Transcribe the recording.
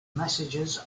messages